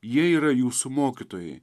jie yra jūsų mokytojai